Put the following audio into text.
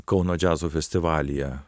kauno džiazo festivalyje